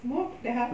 smoked duck